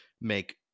make